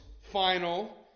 final